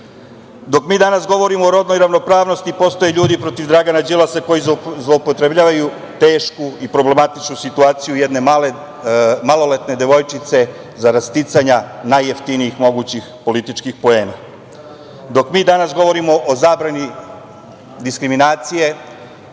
mi danas govorimo o rodnoj ravnopravnosti postoje ljudi protiv Dragana Đilasa koji zloupotrebljavaju tešku i problematičnu situaciju jedne maloletne devojčice zarad sticanja najjeftinijih mogućih političkih poena. Dok mi danas govorimo o zabrani diskriminacije